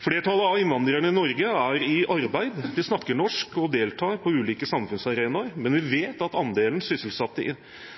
Flertallet av innvandrerne i Norge er i arbeid. De snakker norsk og deltar på ulike samfunnsarenaer, men vi vet at andelen sysselsatte innvandrere er lavere enn i